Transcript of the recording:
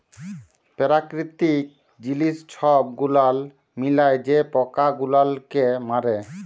পেরাকিতিক জিলিস ছব গুলাল মিলায় যে পকা গুলালকে মারে